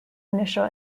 initial